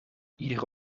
iedere